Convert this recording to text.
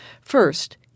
First